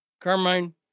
Carmine